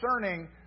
concerning